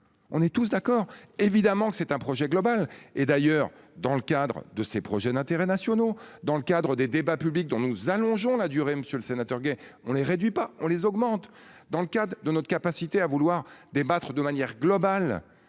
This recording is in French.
On est tous d'accord évidemment que c'est un projet global et d'ailleurs dans le cadre de ses projets d'intérêts nationaux dans le cadre des débats publics dont nous allongeons la durée Monsieur le Sénateur gay on est réduit pas on les augmente dans le cadre de notre capacité à vouloir débattre de manière globale